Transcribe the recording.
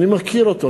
אני מכיר אותו,